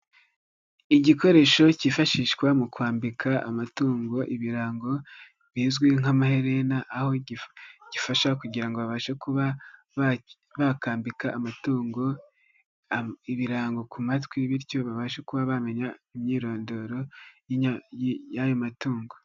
Igikoresho cyifashishwa mu kwambika amatungo ibirango bizwi nk'amaherena aho gifasha kugira babashe kuba bakambika amatungo ibirango ku matwi bityo babashe kuba bamenya imyirondoro y'ayo matungo.